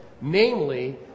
namely